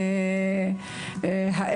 אם